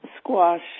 squash